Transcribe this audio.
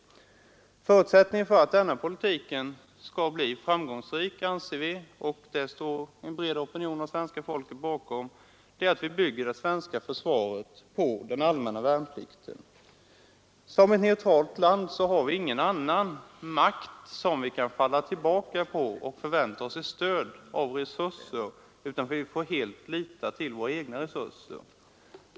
En förutsättning för att denna politik skall bli framgångsrik — en bred opinion står bakom denna tanke — är att vi bygger det svenska försvaret på allmän värnplikt. Som neutralt land har vi inte någon annan makt att falla tillbaka på, internationellt biståndsarbete som alternativ till värnpliktstjänstgöring och vapenfri tjänst från vilken vi kan förvänta oss ett stöd i form av resurser, utan vi får helt lita till våra egna.